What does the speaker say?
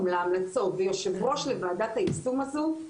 להמלצות ויושב-ראש לוועדת היישום הזו,